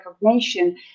recognition